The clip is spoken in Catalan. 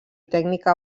tècnica